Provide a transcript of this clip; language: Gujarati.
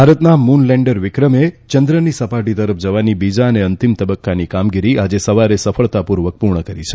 ભારતના મુન લેન્ડર વિક્રમે ચંદ્રની સપાટી તરફ જવાની બીજા અને અંતિમ તબકકાની કામગીરી આજે સવારે સફળતાપુર્વક પુર્ણ કરી છે